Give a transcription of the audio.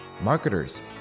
marketers